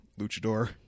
luchador